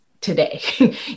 today